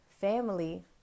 family